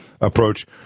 approach